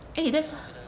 eh that's